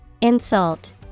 Insult